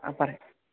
ആ പറയ്